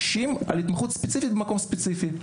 שמתעקשים על התמחות ספציפית במקום ספציפי.